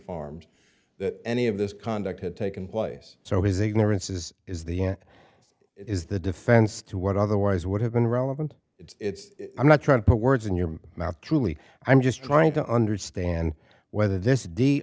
farms that any of this conduct had taken place so his ignorance is is the is the defense to what otherwise would have been relevant it's i'm not trying to put words in your mouth truly i'm just trying to understand whether this d